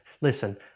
Listen